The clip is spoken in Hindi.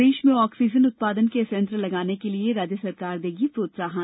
प्रदेश में ऑक्सीजन उत्पादन के संयंत्र लगाने के लिए राज्य सरकार देगी प्रोत्साहन